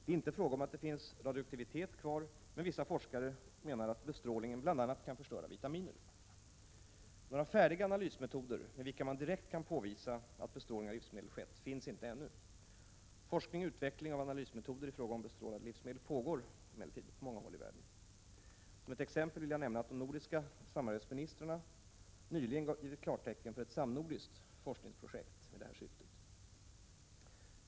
Det är inte fråga om att det finns radioaktivitet kvar, men vissa forskare tror att bestrålningen bl.a. kan förstöra vitaminer. Några färdiga analysmetoder med vilka man direkt kan påvisa att bestrålning av livsmedel skett finns inte ännu. Forskning och utveckling av analysmetoder i fråga om bestrålade livsmedel pågår på många håll i världen. Som ett exempel vill jag nämna att de nordiska samarbetsministrarna nyligen givit klartecken för ett samnordiskt forskningsprojekt med detta syfte.